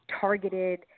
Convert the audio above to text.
targeted